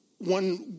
One